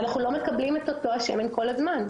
אנחנו לא מקבלים את אותו שמן כל הזמן.